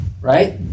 right